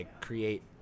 create